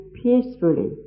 peacefully